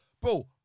Bro